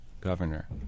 governor